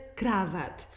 krawat